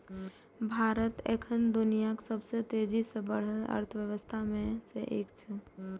भारत एखन दुनियाक सबसं तेजी सं बढ़ैत अर्थव्यवस्था मे सं एक छै